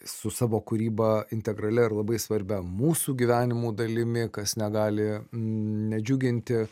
su savo kūryba integralia ir labai svarbia mūsų gyvenimų dalimi kas negali nedžiuginti